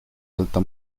alta